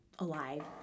alive